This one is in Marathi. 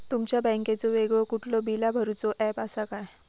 तुमच्या बँकेचो वेगळो कुठलो बिला भरूचो ऍप असा काय?